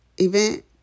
Event